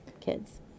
kids